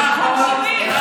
אנחנו מקשיבים.